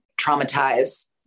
traumatize